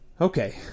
Okay